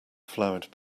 flowered